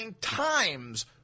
times